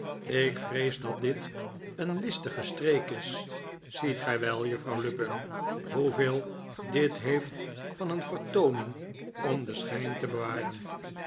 ik vrees dat dit een listige streek is ziet gij wel juffrouw lupin hoeveel dit heeft van een vertooning om den schijn te bewaren